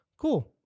Cool